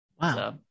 Wow